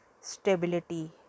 stability